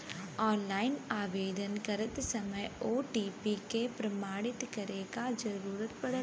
online आवेदन करत समय ओ.टी.पी से प्रमाणित करे क जरुरत पड़ला